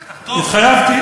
רק תחתום.